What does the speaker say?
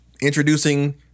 introducing